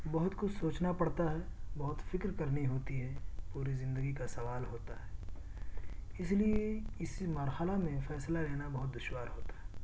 بہت کچھ سوچنا پڑتا ہے بہت فکر کرنی ہوتی ہے پوری زندگی کا سوال ہوتا ہے اس لیے اس مرحلہ میں فیصلہ لینا بہت دشوار ہوتا ہے